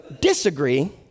disagree